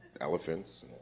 elephants